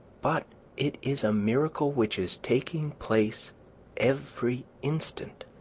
but it is a miracle which is taking place every instant.